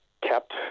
kept